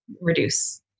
reduce